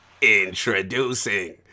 Introducing